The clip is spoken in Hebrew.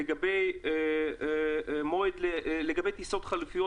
לגבי טיסות חלופיות,